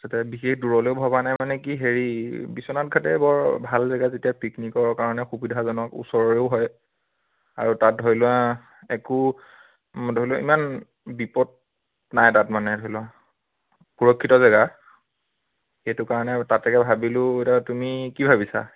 তাৰপিছতে বিশেষ দূৰলৈও ভবা নাই মানে কি হেৰি বিশ্বনাথ ঘাটেই বৰ ভাল জেগা যেতিয়া পিকনিকৰ কাৰণে সুবিধাজনক ওচৰৰো হয় আৰু তাত ধৰি লোৱা একো ধৰি লোৱা ইমান বিপদ নাই তাত মানে ধৰি লোৱা সুৰক্ষিত জেগা সেইটো কাৰণে তাতেকৈ ভাবিলোঁ এতিয়া তুমি কি ভাবিছা